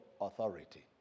authority